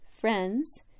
friends